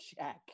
check